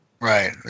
right